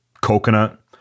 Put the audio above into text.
coconut